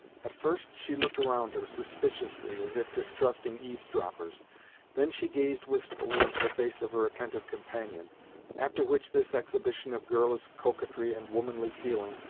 at first, she looked around her, suspiciously, as if distrusting eavesdroppers then she gazed wistfully into the face of her attentive companion after which this exhibition of girlish coquetry and womanly feeling,